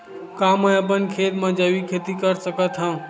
का मैं अपन खेत म जैविक खेती कर सकत हंव?